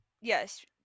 Yes